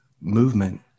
movement